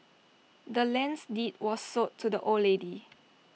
the land's deed was sold to the old lady